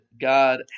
God